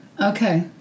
okay